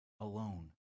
Alone